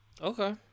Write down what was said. Okay